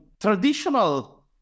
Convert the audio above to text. traditional